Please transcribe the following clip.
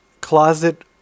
closet